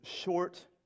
short